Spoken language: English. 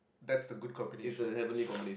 that's the good combination